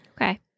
Okay